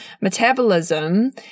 metabolism